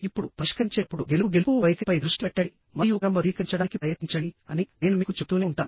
ఇప్పుడు పరిష్కరించేటప్పుడు గెలుపు గెలుపు వైఖరిపై దృష్టి పెట్టండి మరియు క్రమబద్ధీకరించడానికి ప్రయత్నించండి అని నేను మీకు చెబుతూనే ఉంటాను